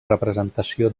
representació